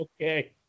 okay